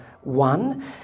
one